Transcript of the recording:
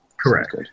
Correct